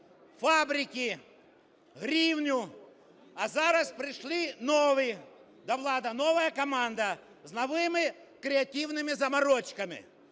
фабрики, гривню, а зараз прийшли нові до влади – нова команда з новими креативними заморочками,